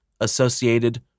associated